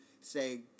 say